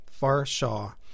Farshaw